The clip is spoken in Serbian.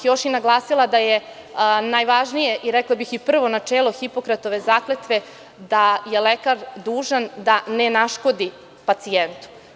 Još bih naglasila da je najvažnije i, rekla bih, prvo načelo Hipokratove zakletve da je lekar dužan da ne naškodi pacijentu.